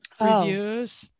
reviews